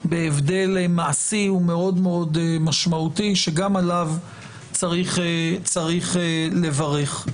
בהבדל מעשי ומאוד-מאוד משמעותי שגם עליו צריך לברך.